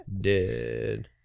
Dead